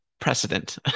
precedent